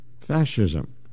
fascism